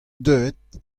deuet